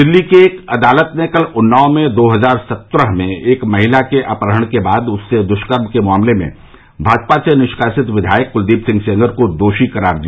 दिल्ली की एक अदालत ने कल उन्नाव में दो हजार सत्रह में एक महिला के अपहरण के बाद उससे दुष्कर्म के मामले में भाजपा से निष्कासित विधायक कुलदीप सिंह सेंगर को दोषी करार दिया